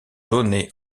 donné